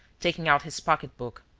taking out his pocket-book.